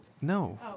No